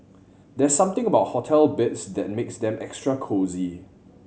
there's something about hotel beds that makes them extra cosy